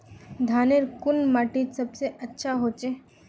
धानेर कुन माटित सबसे अच्छा होचे?